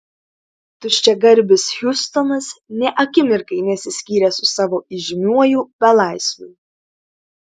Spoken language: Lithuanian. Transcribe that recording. tuščiagarbis hiustonas nė akimirkai nesiskyrė su savo įžymiuoju belaisviu